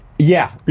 yeah, and